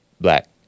Black